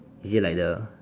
is it like the